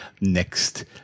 next